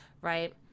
Right